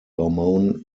hormone